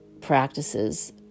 practices